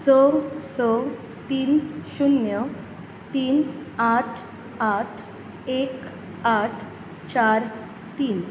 स स तीन शुन्य तीन आठ आठ एक आठ चार तीन